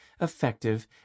effective